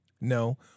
No